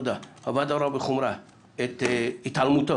רבותיי, הוועדה רואה בחומרה את התעלמותו